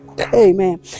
Amen